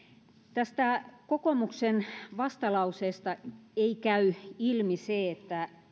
tästä kokoomuksen vastalauseesta ei käy ilmi se